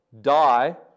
die